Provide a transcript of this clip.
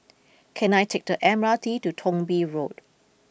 can I take the M R T to Thong Bee Road